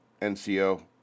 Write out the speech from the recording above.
NCO